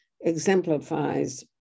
exemplifies